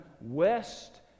West